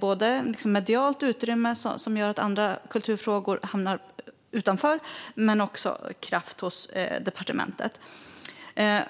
både medialt utrymme, som gör att andra kulturfrågor hamnar utanför, och kraft hos departementet.